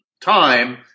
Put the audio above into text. time